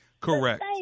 Correct